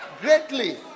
greatly